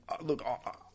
look